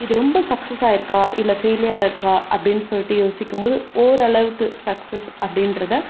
இது ரொம்ப சக்ஸஸ் ஆகியிருக்கா இல்லை ஃபெய்லியர் ஆகியிருக்கா அப்படின்னு சொல்லிவிட்டு யோசிக்கும்போது ஓரளவுக்கு சக்ஸஸ் அப்டின்றதை